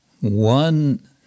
one